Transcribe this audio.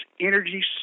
energy